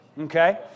okay